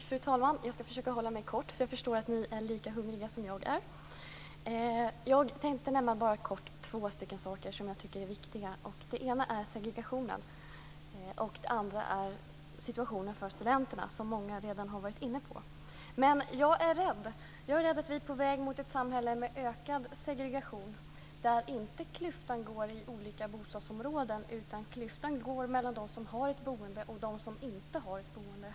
Fru talman! Jag ska försöka att hålla mig kort, för jag förstår att ni är lika hungriga som jag är. Jag tänkte nämna två saker som jag tycker är viktiga. Det ena är segregationen och det andra är situationen för studenterna, som många redan har varit inne på. Jag är rädd att vi är på väg mot ett samhälle mot ökad segregation där klyftan inte går mellan olika bostadsområden utan där klyftan går mellan de som har ett boende och de som inte har ett boende.